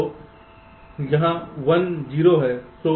तो यहां 1 शून्य है